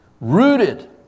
rooted